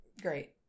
Great